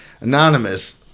anonymous